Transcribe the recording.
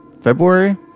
February